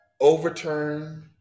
overturn